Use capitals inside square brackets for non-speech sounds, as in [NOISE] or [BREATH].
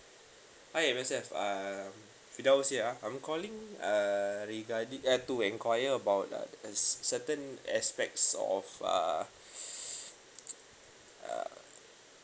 hi M_S_F um firdaus here ah I'm calling uh regarding uh to enquiry about uh certain aspects of uh [BREATH] uh